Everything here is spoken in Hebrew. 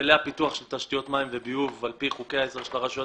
היטלי הפיתוח של תשתיות מים וביוב על פי חוקי העזר של הרשויות